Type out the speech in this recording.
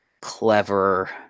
clever